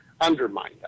undermine